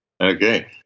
okay